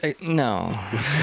No